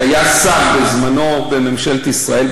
שהיה בזמנו שר בממשלת ישראל,